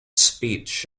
speech